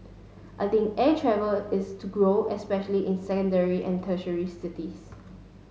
I think air travel is to grow especially in secondary and tertiary cities